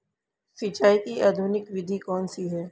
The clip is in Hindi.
सिंचाई की आधुनिक विधि कौनसी हैं?